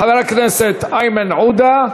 חבר הכנסת איימן עודה,